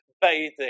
bathing